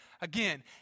again